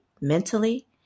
mentally